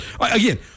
Again